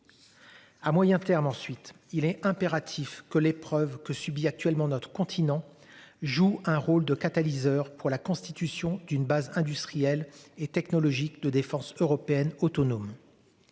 À moyen terme. Ensuite, il est impératif que les preuves que subit actuellement notre continent jouent un rôle de catalyseur pour la constitution d'une base industrielle et technologique de défense européenne autonome.